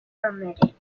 permitted